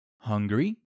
Hungry